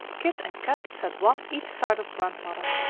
kit and kat sat one each side of grandmother.